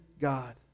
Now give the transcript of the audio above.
God